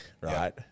right